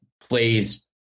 plays